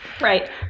right